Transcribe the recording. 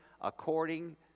according